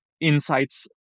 insights